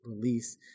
release